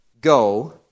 go